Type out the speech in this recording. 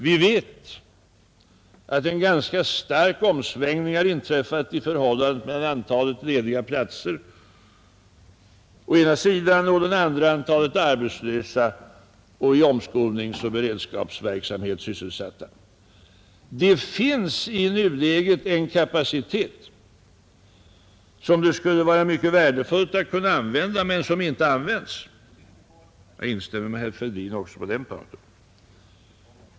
Vi vet att en ganska stark omsvängning inträffat i förhållandet mellan antalet lediga platser å ena sidan och å den andra antalet arbetslösa och i omskolningsoch beredskapsverksamhet sysselsatta. Det finns i nuläget en kapacitet som det skulle vara mycket värdefullt att kunna använda men som inte används. Jag instämmer med herr Fälldin också på den punkten.